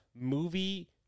movie